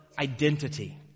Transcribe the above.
identity